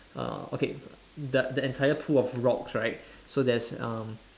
uh okay the the entire pool of rocks right so there's um